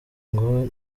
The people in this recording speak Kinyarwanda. ngo